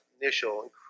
Initial